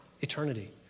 eternity